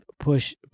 push